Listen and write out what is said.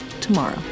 tomorrow